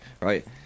right